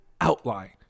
outline